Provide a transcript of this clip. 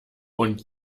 und